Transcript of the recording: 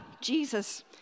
Jesus